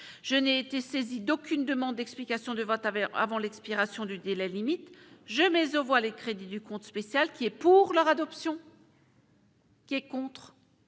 je n'ai été saisi d'aucune demande d'explication de vote avait avant l'expiration du délai limite jamais on voit les crédits du compte spécial qui est, pour leur adoption. Qui est contre,